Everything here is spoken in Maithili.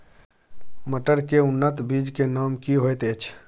मटर के उन्नत बीज के नाम की होयत ऐछ?